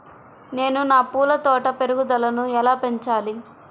నేను నా పూల తోట పెరుగుదలను ఎలా పెంచాలి?